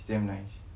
it's damn nice